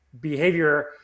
behavior